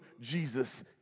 Jesus